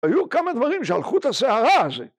‫היו כמה דברים שעל חוט השערה הזה